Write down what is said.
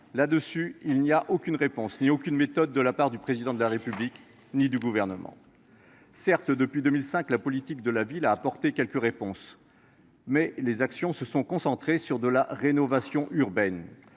ce point, il n’y a aucune réponse ni aucune méthode de la part du Président de la République et du Gouvernement. Certes, depuis 2005, la politique de la ville a apporté quelques réponses. Mais les actions se sont concentrées sur de la rénovation urbaine.